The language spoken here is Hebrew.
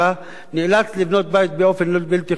נאלץ לבנות בית באופן בלתי חוקי שעלה